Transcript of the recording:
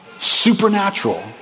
supernatural